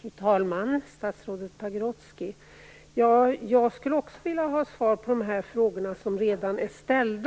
Fru talman! Statsrådet Pagrotsky! Jag skulle också vilja ha svar på de frågor som redan ställts.